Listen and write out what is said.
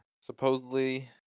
supposedly